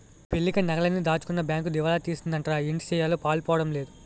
పెళ్ళికని నగలన్నీ దాచుకున్న బేంకు దివాలా తీసిందటరా ఏటిసెయ్యాలో పాలుపోడం లేదు